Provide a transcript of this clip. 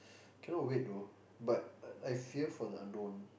cannot wait though but I fear for the unknown